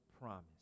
promise